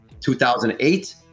2008